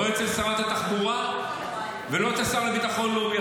לא אצל שרת התחבורה ולא אצל השר לביטחון לאומי,